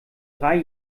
drei